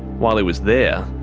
while he was there,